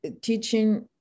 teaching